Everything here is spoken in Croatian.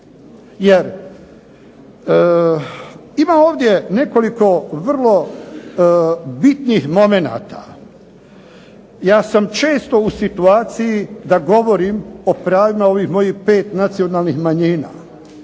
Jer ima ovdje nekoliko vrlo bitnih momenata, ja sam često u situaciji da govorim o pravima ovih mojih pet nacionalnih manjina,